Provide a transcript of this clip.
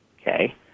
okay